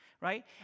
Right